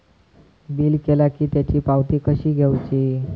Bill केला की त्याची पावती कशी घेऊची?